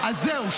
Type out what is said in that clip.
אז זהו,